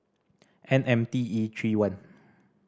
N M T E three one